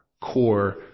core